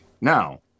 now